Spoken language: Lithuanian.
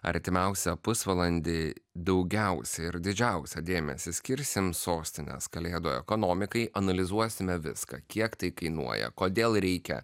artimiausią pusvalandį daugiausiai ir didžiausią dėmesį skirsim sostinės kalėdų ekonomikai analizuosime viską kiek tai kainuoja kodėl reikia